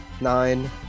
Nine